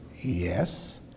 yes